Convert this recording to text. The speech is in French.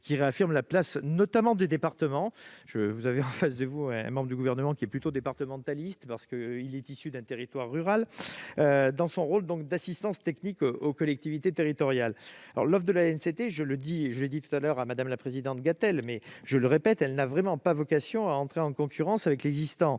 réaffirme notamment la place du département- vous avez en face de vous un membre du Gouvernement qui est plutôt départementaliste, parce qu'il est issu d'un territoire rural -dans son rôle d'assistance technique aux collectivités territoriales. L'offre de l'ANCT- je l'ai dit tout à l'heure à Mme Gatel, mais je le répète volontiers -n'a vraiment pas vocation à entrer en concurrence avec l'existant,